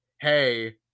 hey